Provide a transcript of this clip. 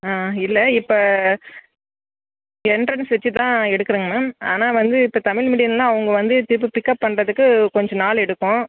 ஆ இல்லை இப்போ எண்ட்ரன்ஸ் வைச்சுதான் எடுக்கிறேங்க மேம் ஆனால் வந்து இப்போ தமிழ் மீடியம்ன்னால் அவங்க வந்து திருப்பி பிக்கப் பண்ணுறதுக்கு கொஞ்சம் நாள் எடுக்கும்